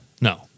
No